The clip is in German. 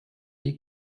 die